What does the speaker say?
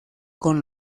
con